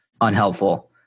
unhelpful